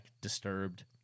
Disturbed